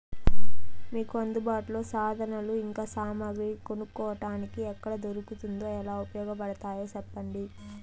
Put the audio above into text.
మీకు అందుబాటులో సాధనాలు ఇంకా సామగ్రి కొనుక్కోటానికి ఎక్కడ దొరుకుతుందో ఎలా ఉపయోగపడుతాయో సెప్పండి?